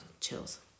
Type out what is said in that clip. chills